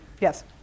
yes